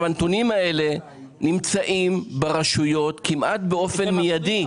הנתונים האלה נמצאים ברשויות כמעט באופן מידי.